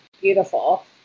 beautiful